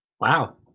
Wow